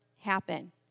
happen